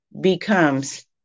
becomes